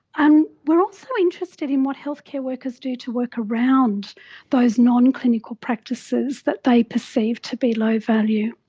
and we are also interested in what healthcare workers do to work around those nonclinical practices that they perceive to be low value.